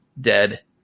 dead